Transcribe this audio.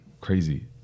Crazy